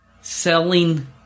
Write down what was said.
selling